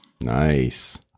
Nice